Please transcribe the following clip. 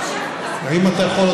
האם אתה יכול,